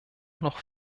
noch